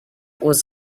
was